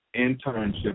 internship